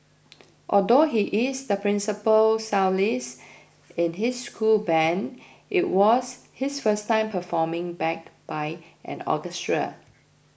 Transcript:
although he is the principal cellist in his school band it was his first time performing backed by an orchestra